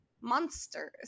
monsters